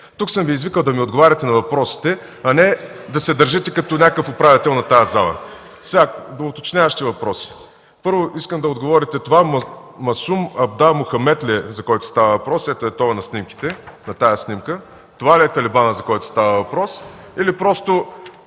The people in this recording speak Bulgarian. Тук съм Ви извикал да ми отговаряте на въпросите, а не да се държите като някакъв управител на тази зала. (Реплики от ГЕРБ.) Сега доуточняващите въпроси. Първо, искам да отговорите това Масум Абда Мохамед ли е, за който става въпрос? (Показва снимка.) Ето, този на тази снимка. Това ли е талибанът, за който става въпрос, или просто